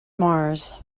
mars